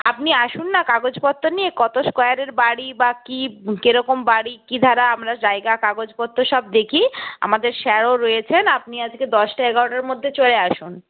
আপনি আসুন না কাগজপত্র নিয়ে কত স্কোয়্যারের বাড়ি বা কী কীরকম বাড়ি কী ধারা আমরা জায়গা কাগজপত্র সব দেখি আমাদের স্যারও রয়েছেন আপনি আজকে দশটা এগারোটার মধ্যে চলে আসুন